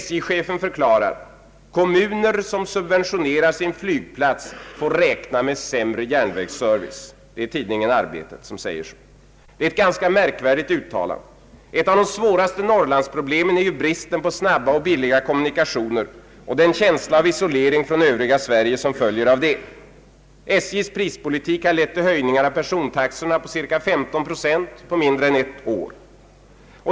SJ-chefen förklarar enligt tidningen Arbetet: ”Kommuner som subventionerar sin flygplats får räkna med sämre järnvägsservice.” Det är ett ganska märkligt uttalande. Ett av de svåraste Norrlandsproblemen är ju bristen på snabba och billiga kommunikationer. Härtill kommer den känsla av isolering från det övriga Sverige som följer därav. SJ:s prispolitik har lett till höjningar av persontaxorna på cirka 15 procent på mindre än ett år.